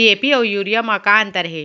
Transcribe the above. DAP अऊ urea म का अंतर हे?